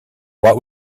what